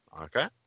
okay